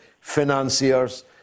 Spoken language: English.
financiers